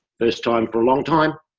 first time for a long time.